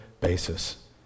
basis